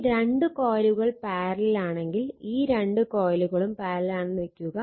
ഇനി രണ്ട് കോയിലുകൾ പാരലലാണെങ്കിൽ ഈ രണ്ട് കോയിലുകളും പാരലലാണെന്ന് വെക്കുക